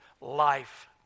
life